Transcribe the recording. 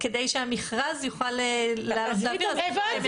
כדי שהמכרז יוכל לעלות לאוויר --- הבנתי,